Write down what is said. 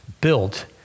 built